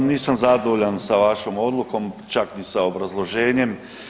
Pa nisam zadovoljan sa vašom odlukom, čak ni sa obrazloženjem.